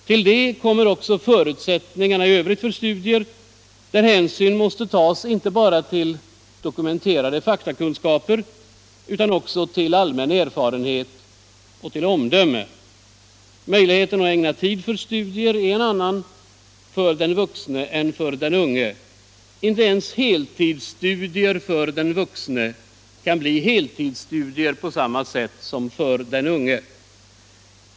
Till detta kommer också förutsättningarna i övrigt för studier, hänsyn måste tas inte bara till dokumenterade faktakunskaper utan också till allmän erfarenhet och omdöme. Möjligheten att ägna tid till studier är en annan för den vuxne än för den unge. Inte ens heltidsstudier kan för den vuxne bli heltidsstudier på samma sätt som för den unge.